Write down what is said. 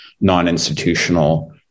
non-institutional